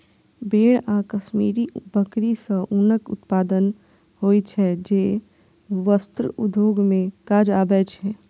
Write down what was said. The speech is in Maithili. भेड़ आ कश्मीरी बकरी सं ऊनक उत्पादन होइ छै, जे वस्त्र उद्योग मे काज आबै छै